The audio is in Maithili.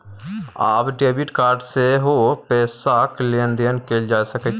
आब डेबिड कार्ड सँ सेहो पैसाक लेन देन कैल जा सकैत छै